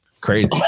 crazy